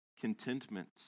contentment